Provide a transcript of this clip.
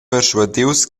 perschuadius